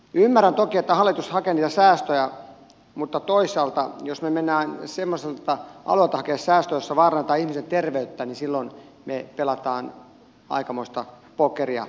ymmärrän toki että hallitus hakee säästöjä mutta toisaalta jos me menemme semmoiselta alueelta hakemaan säästöjä että vaarannetaan ihmisen terveyttä silloin me pelaamme aikamoista pokeria jossa raha ohjaa ihmisen terveyttä